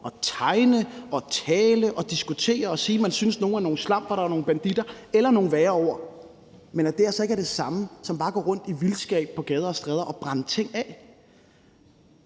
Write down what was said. og tegne, tale, diskutere og sige, at man synes, at nogle er nogle slambarter og nogle banditter – eller man kan bruge nogle værre ord – med, at det altså ikke er det samme som bare at gå rundt i vildskab på gader og stræder og brænde ting af.